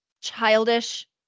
childish